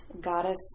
Goddess